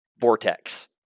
vortex